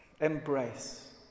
embrace